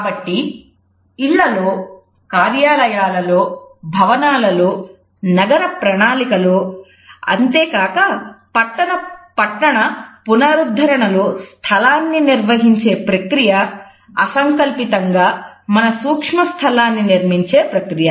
కాబట్టి ఇళ్లలో కార్యాలయాలలో భవనాలలో నగర ప్రణాళిక లో అంతేకాక పట్టణ పునరుద్ధరణలో స్థలాన్ని నిర్వహించే ప్రక్రియ అసంకల్పితంగా మనం సూక్ష్మ స్థలాన్ని నిర్మించే ప్రక్రియ